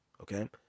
okay